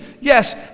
Yes